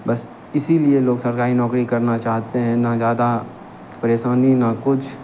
बस इसी लिए लोग सरकारी नौकरी करना चाहते हैं ना ज़ज़्यादा परेशानी ना कुछ